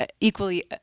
equally